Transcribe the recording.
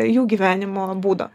jų gyvenimo būdo